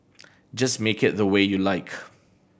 just make it the way you like